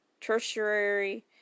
tertiary